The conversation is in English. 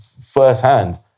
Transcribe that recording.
firsthand